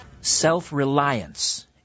Self-reliance